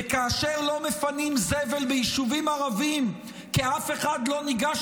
וכאשר לא מפנים זבל ביישובים ערביים כי אף אחד לא ניגש